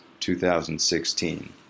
2016